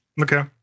Okay